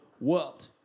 world